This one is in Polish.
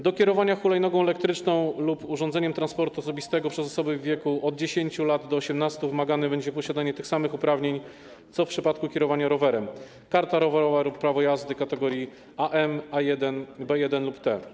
Do kierowania hulajnogą elektryczną lub urządzeniem transportu osobistego przez osoby w wieku od 10 do 18 lat wymagane będzie posiadanie tych samych uprawnień co w przypadku kierowania rowerem: karta rowerowa lub prawo jazdy kategorii AM, A1, B1 lub T.